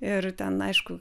ir ten aišku